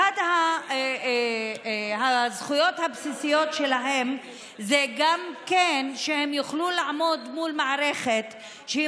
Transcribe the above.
אחת הזכויות הבסיסיות שלהם היא שהם יוכלו לעמוד מול מערכת שהיא